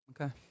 Okay